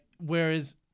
whereas